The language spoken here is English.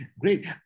Great